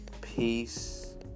Peace